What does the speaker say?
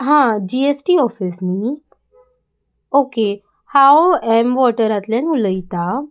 हां जी S T office न्ही ओके हांव एम वॉटरांतल्यान उलयतां